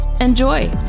Enjoy